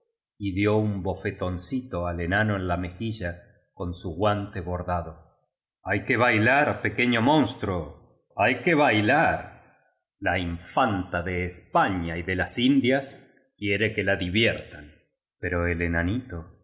y dio un bofetoncito al enano en la mejilla con su guante bordado hay que bailar pequeño monstruo hay que bailar la infanta de españa y de las indias quiere que la diviertan pero el